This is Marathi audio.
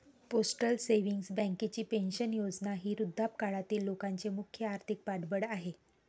पोस्टल सेव्हिंग्ज बँकेची पेन्शन योजना ही वृद्धापकाळातील लोकांचे मुख्य आर्थिक पाठबळ आहे